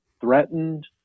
threatened